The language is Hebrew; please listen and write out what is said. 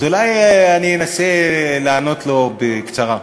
אז אולי אני אנסה לענות לו בקצרה.